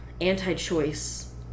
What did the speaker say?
anti-choice